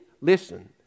Listen